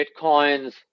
Bitcoin's